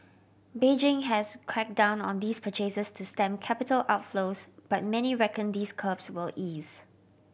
Beijing has crack down on these purchases to stem capital outflows but many reckon these curbs will ease